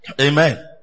Amen